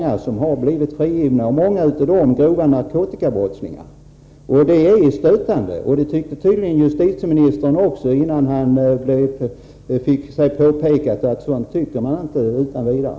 Av dem är det många som gjort sig skyldiga till grova narkotikabrott. Detta är stötande, och det tyckte tydligen också justitieministern innan han fick påpekande om att man inte utan vidare uttalar sådant.